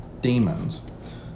demons